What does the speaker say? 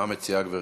מה מציעה גברתי?